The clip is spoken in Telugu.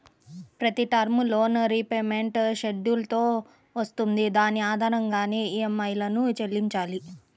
ప్రతి టర్మ్ లోన్ రీపేమెంట్ షెడ్యూల్ తో వస్తుంది దాని ఆధారంగానే ఈఎంఐలను చెల్లించాలి